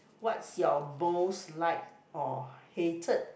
what's your most like or hated